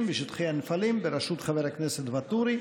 ושטחי הנפלים בראשות חבר הכנסת ואטורי,